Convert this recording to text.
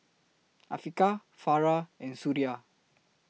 Afiqah Farah and Suria